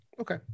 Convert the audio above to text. okay